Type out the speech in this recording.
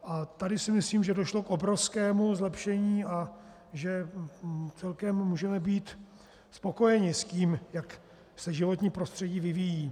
A tady si myslím, že došlo k obrovskému zlepšení a celkem můžeme být spokojeni s tím, jak se životní prostředí vyvíjí.